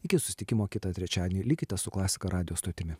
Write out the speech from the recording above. iki susitikimo kitą trečiadienį likite su klasika radijo stotimi